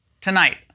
Tonight